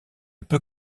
peu